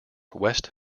west